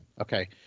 Okay